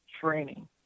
training